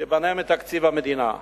תיבנה מתקציב המדינה.